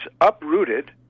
uprooted